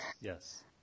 yes